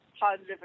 positive